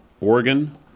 Oregon